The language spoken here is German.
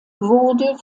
wurde